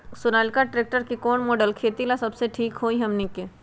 Sonalika tractor के कौन model खेती ला सबसे ठीक होई हमने की?